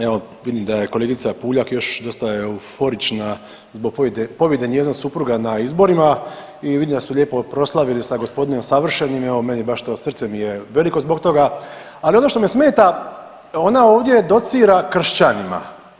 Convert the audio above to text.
Evo, vidim da je kolegica Puljak još dosta euforična zbog pobjede njezinog supruga na izborima i vidim da su lijepo proslavili sa g. savršenim, evo meni baš to, srce mi je veliko zbog toga, ali ono što me smeta, ona ovdje docira kršćanima.